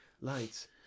lights